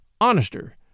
honester